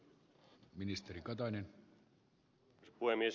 arvoisa puhemies